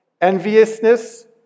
enviousness